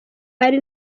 ari